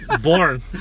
born